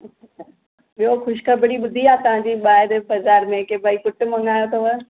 ॿियों ख़ुशि ख़बरी ॿुधी आहे तव्हांजे ॿाहिरि बज़ारि में की भई पुटु मङायो अथव